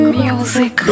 music